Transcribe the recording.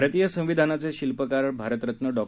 भारतीय संविधानाचे शिल्पकार भारतरत्न डॉ